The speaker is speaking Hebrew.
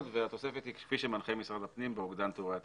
והתוספת היא כפי שמנחה משרד הפנים באוגדן תיאורי התפקידים.